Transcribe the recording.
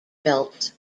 belts